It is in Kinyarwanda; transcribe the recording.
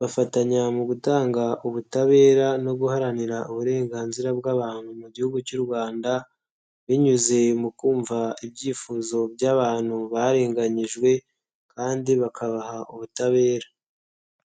bafatanya mu gutanga ubutabera no guharanira uburenganzira bwabantu mu gihugu cy'u rwanda, binyuze mu kumva ibyifuzo by'abantu barenganyijwe, kandi bakabaha ubutabera.